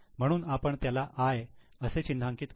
म्हणून आपण त्याला 'I' असे चिन्हांकित करू